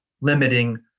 limiting